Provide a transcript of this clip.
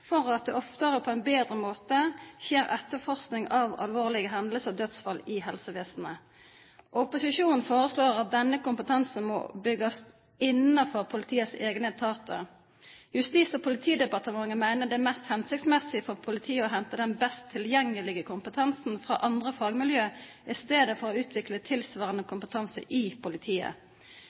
at det oftere og på en bedre måte skjer etterforskning av alvorlige hendelser og dødsfall i helsevesenet. Opposisjonen foreslår at denne kompetansen må bygges opp innenfor politiets egne etater. Justis- og politidepartementet mener det er mest hensiktsmessig for politiet å hente den best tilgjengelige kompetansen fra andre fagmiljøer istedenfor å utvikle tilsvarende kompetanse i politiet.